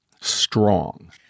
strong